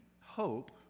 hope